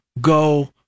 go